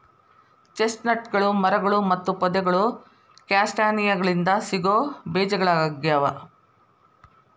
ಚೆಸ್ಟ್ನಟ್ಗಳು ಮರಗಳು ಮತ್ತು ಪೊದೆಗಳು ಕ್ಯಾಸ್ಟಾನಿಯಾಗಳಿಂದ ಸಿಗೋ ಬೇಜಗಳಗ್ಯಾವ